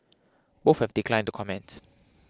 both have declined to comment